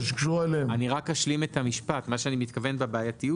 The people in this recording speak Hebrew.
אשלים את המשפט - אני מתכוון בבעייתיות,